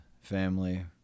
family